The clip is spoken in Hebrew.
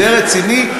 זה רציני?